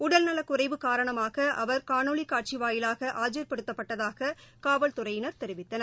உடல்நலக்குறைவு காரணமாக அவர் காணொலி காட்சி வாயிலாக ஆஜர்படுத்தப்பட்டதாக காவல்துறையினர் தெரிவித்தனர்